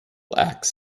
acts